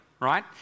right